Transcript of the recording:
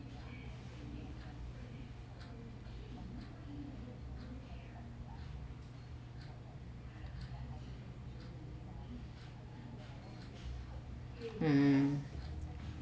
um